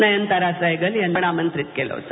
नयनतारा सहगल यांना आपण आमंत्रित केलं होत